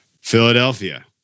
Philadelphia